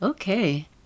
Okay